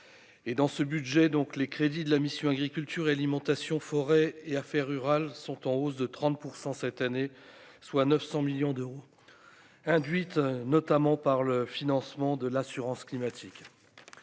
dans ce budget, donc les crédits de la mission Agriculture alimentation forêt et affaires rurales sont en hausse de 30 % cette année soit 900 millions d'euros induites notamment par le financement de l'assurance climatique